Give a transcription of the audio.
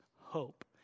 hope